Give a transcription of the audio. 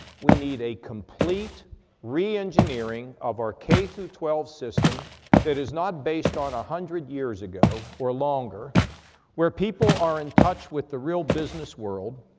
we need a complete reengineering of our k through twelve system that is not based on one hundred years ago or longer where people are in touch with the real business world,